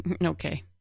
Okay